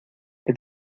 que